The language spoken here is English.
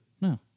No